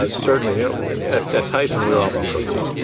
ah certainly at at tyson, we were all about protein.